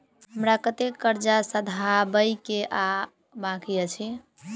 हमरा कतेक कर्जा सधाबई केँ आ बाकी अछि?